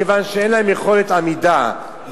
כי אין להם יכולת עמידה,